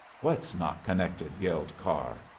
what's not connected? yelled carr.